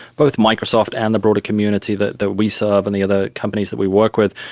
both microsoft and the broader community that that we serve and the other companies that we work with,